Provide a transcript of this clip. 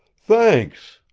thanks!